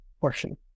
portion